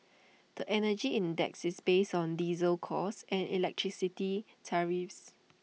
the Energy Index is based on diesel costs and electricity tariffs